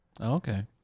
okay